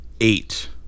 eight